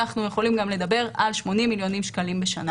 אנחנו יכולים לדבר על 80 מיליון בשנה.